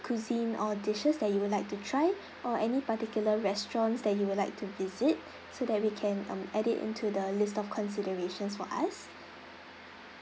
cuisine or dishes that you would like to try or any particular restaurants that you would like to visit so that we can um add it into the list of considerations for us